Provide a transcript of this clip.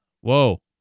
Whoa